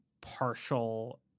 partial